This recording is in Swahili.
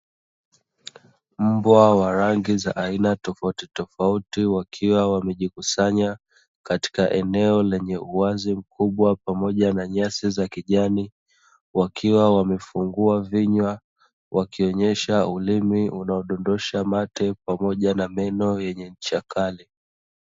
Mbwa wa rangi za aina tofautitofauti wakiwa wamejikusanya katika eneo lenye uwazi mkubwa pamoja na nyasi za kijani. Wakiwa wamefungua vinywa wakionyesha ulimi unaodondosha mate pamoja na meno yenye ncha kali.